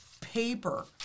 paper